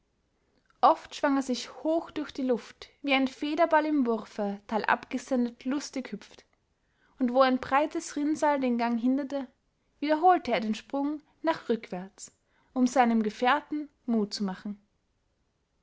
oft schwang er sich hoch durch die luft wie ein federball im wurfe talab gesendet lustig hüpft und wo ein breites rinnsal den gang hinderte wiederholte er den sprung nach rückwärts um seinem gefährten mut zu machen